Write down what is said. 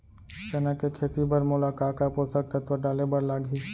चना के खेती बर मोला का का पोसक तत्व डाले बर लागही?